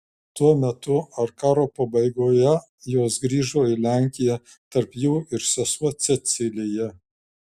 tuo metu ar karo pabaigoje jos grįžo į lenkiją tarp jų ir sesuo cecilija